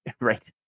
right